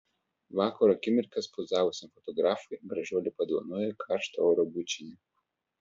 vakaro akimirkas pozavusiam fotografui gražuolė padovanojo karštą oro bučinį